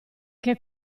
che